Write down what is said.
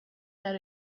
that